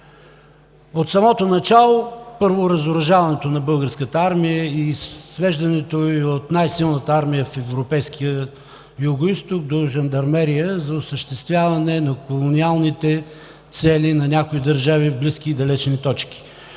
От самото начало, първо, разоръжаването на Българската армия и свеждането й от най-силната армия в Европейския Югоизток до жандармерия за осъществяване на колониалните цели на някои държави в близки и далечни точки.